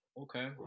Okay